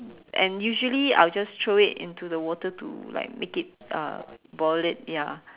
and usually I will just throw it into the water to like make it uh boil it ya